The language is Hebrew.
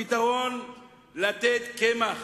הפתרון הוא לתת קמח.